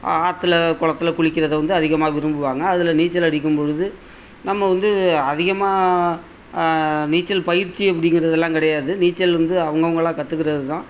ஆற்றுல குளத்துல குளிக்கிறதை வந்து அதிகமாக விரும்புவாங்க அதில் நீச்சல் அடிக்கும் பொழுது நம்ம வந்து அதிகமாக நீச்சல் பயிற்சி அப்படிங்கிறதுலாம் கிடையாது நீச்சல் வந்து அவங்க அவங்களா கற்றுக்கிறது தான்